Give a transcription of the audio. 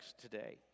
today